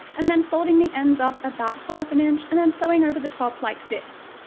and then folding the ends up about half an inch and then sewing over the top like this.